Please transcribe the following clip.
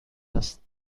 است